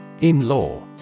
In-law